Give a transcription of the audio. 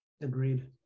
agreed